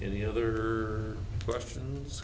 any other questions